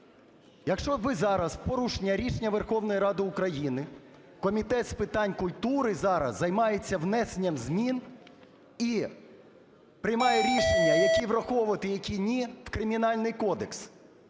Якщо ви зараз в порушення рішення Верховної Ради України, Комітет з питань культури зараз займається внесенням змін і приймає рішення, які враховувати, які – ні в Кримінальний кодекс.